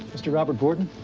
mr. robert borton?